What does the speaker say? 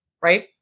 right